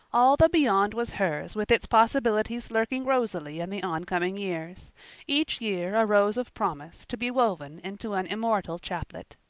all the beyond was hers with its possibilities lurking rosily in the oncoming years each year a rose of promise to be woven into an immortal chaplet.